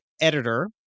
editor